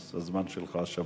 אז הזמן שלך שמור.